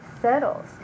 settles